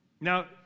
Now